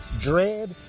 dread